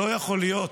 לא יכול להיות